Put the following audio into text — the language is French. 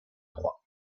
trois